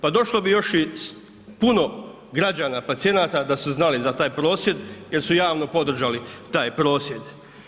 Pa došlo bi još i puno građana, pacijenata, da su znali za taj prosvjed jer su javno podržali taj prosvjed.